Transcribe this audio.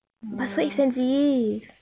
ya